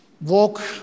walk